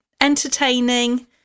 entertaining